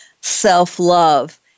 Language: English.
Self-Love